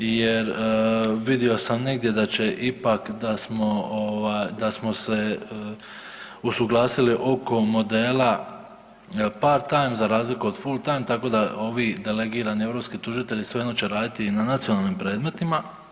Jer, vidio sam negdje da će ipak, da smo, da smo se usuglasili oko modela part time, za razliku od full time, tako da ovi delegirani europski tužitelji svejedno će raditi i na nacionalnim predmetima.